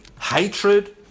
hatred